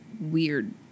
weird